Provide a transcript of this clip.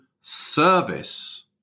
service